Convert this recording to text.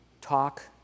talk